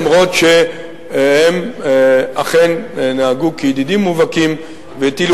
אף שהם אכן נהגו כידידים מובהקים והטילו